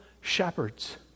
shepherds